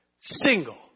single